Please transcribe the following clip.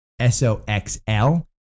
SOXL